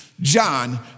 John